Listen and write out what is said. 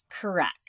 Correct